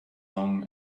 long